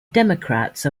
democrats